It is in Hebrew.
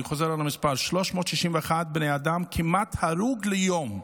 אני חוזר על המספר: 361 בני אדם, כמעט הרוג ליום,